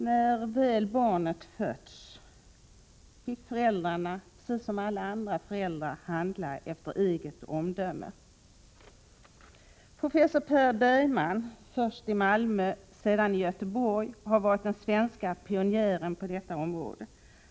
När väl barnets fötts fick föräldrarna, liksom alla andra föräldrar, handla efter eget omdöme. Professor Per Bergman, först i Malmö och sedan i Göteborg, har varit den svenske pionjären på detta område.